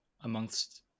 amongst